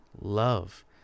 love